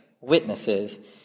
witnesses